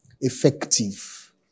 effective